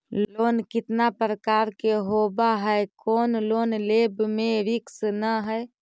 Loan कितना प्रकार के होबा है कोन लोन लेब में रिस्क न है?